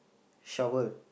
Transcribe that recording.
shower